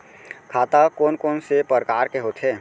खाता कोन कोन से परकार के होथे?